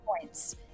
points